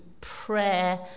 prayer